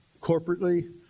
Corporately